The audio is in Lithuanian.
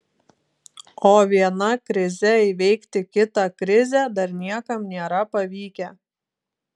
o viena krize įveikti kitą krizę dar niekam nėra pavykę